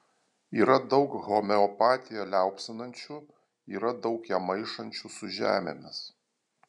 yra daug homeopatiją liaupsinančių yra daug ją maišančių su žemėmis